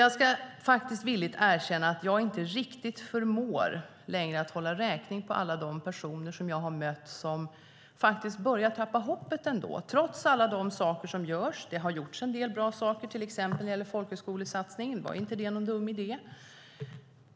Jag ska villigt erkänna att jag inte längre riktigt förmår hålla räkning på alla de personer som jag har mött som faktiskt börjar tappa hoppet, trots alla de saker som görs. Det har gjorts en del bra saker, till exempel folkhögskolesatsningen. Det var inte någon dum idé.